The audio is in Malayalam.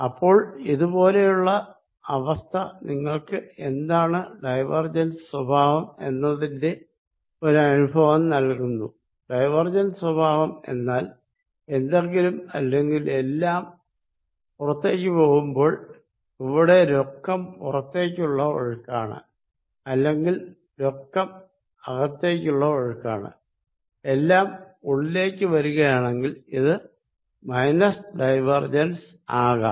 അപ്പോൾ ഇത് പോലെയുള്ള അവസ്ഥ നിങ്ങൾക്ക് എന്താണ് ഡൈവേർജെൻസ് സ്വഭാവം എന്നതിന്റെ ഒരു അനുഭവം നൽകുന്നു ഡൈവേർജെൻസ് സ്വഭാവം എന്നാൽ എന്തെങ്കിലും അല്ലെങ്കിൽ എല്ലാം പുറത്തേക്ക് പോകുമ്പോൾ ഇവിടെ രൊക്കം പുറത്തേക്കുള്ള ഒഴുക്കാണ് അല്ലെങ്കിൽ രൊക്കം അകത്തേക്കുള്ള ഒഴുക്കാണ് എല്ലാം ഉള്ളിലേക്ക് വരികയാണെങ്കിൽ ഇത് മൈനസ് ഡൈവേർജെൻസ് ആകാം